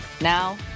Now